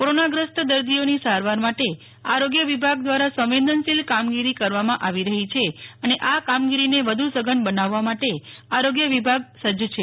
કોરોનાગ્રસ્ત દર્દીઓની સારવાર માટે આરોગ્ય વિભાગ દ્રારા સંવેદનશીલ કામગીરી કરવામાં આવી રહી છે અને આ કામગીરીને વધુ સધન બનાવવા માટે આરોય વિભાગ સજ્જ છે